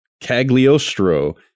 Cagliostro